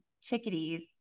chickadees